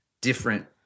different